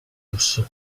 lusso